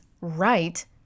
right